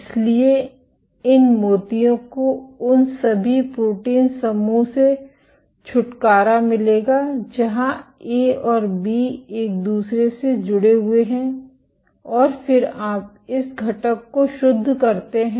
इसलिए इन मोतियों को उन सभी प्रोटीन समूह से छुटकारा मिलेगा जहां ए और बी एक दूसरे से जुड़े हुए हैं और फिर आप इस घटक को शुद्ध करते हैं